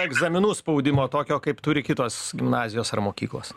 egzaminų spaudimo tokio kaip turi kitos gimnazijos ar mokyklos